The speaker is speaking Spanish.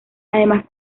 además